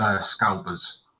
scalpers